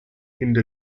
indo